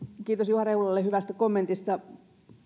kiitos juha rehulalle hyvästä kommentista